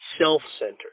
self-centered